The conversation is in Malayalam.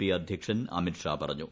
പി അധ്യക്ഷൻ അമിത്ഷാ പറഞ്ഞു